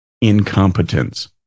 incompetence